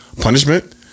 punishment